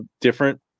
different